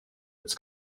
its